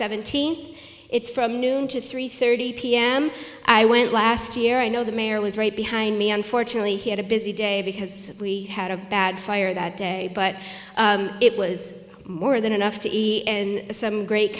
seventeenth it's from noon to three thirty p m i went last year i know the mayor was right behind me unfortunately he had a busy day because we had a bad fire that day but it was more than enough to eat and some great